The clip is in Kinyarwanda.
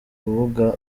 rubuga